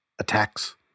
attacks